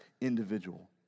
individual